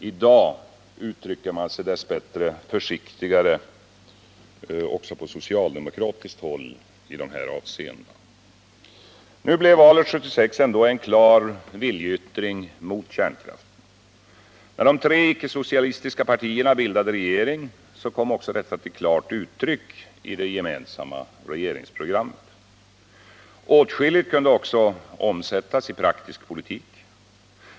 I dag uttrycker man sig dess bättre försiktigare också på Onsdagen den socialdemokratiskt håll i de här avseendena. 6 juni 1979 Valet 1976 blev ändå en klar viljeyttring mot kärnkraften. När de tre icke-socialistiska partierna bildade regering kom detta också till klart uttrycki — Energipolitiken, det gemensamma regeringsprogrammet. Åtskilligt kunde också omsättas i praktisk politik.